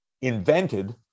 invented